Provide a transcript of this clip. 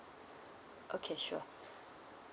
okay sure